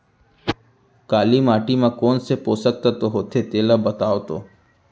काली माटी म कोन से पोसक तत्व होथे तेला बताओ तो?